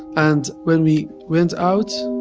and when we went out,